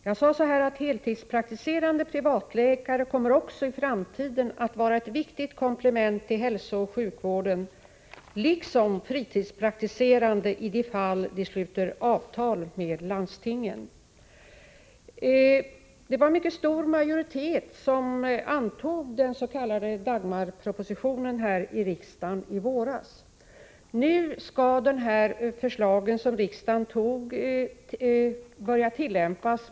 Jag sade: ”Heltidspraktiserande privatläkare kommer också i framtiden att vara ett viktigt komplement till hälsooch sjukvården liksom fritidspraktiserande i de fall de sluter avtal med landstingen.” Det var en mycket stor majoritet här i riksdagen som i våras antog den s.k. Dagmarpropositionen. Nu skall de förslag som riksdagen ställde sig bakom börja tillämpas.